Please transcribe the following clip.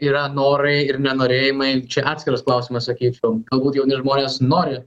yra norai ir nenorėjimai čia atskiras klausimas sakyčiau galbūt jauni žmonės nori